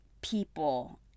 people